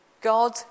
God